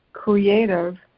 creative